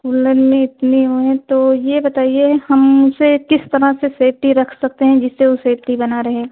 cooler में इतनी वह है तो यह बताइए हम उसे किस तरह से सेफ्टी रख सकते हैं जिस से वह सेफ्टी बनी रहे